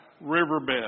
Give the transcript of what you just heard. riverbed